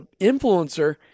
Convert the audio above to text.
influencer